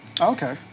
Okay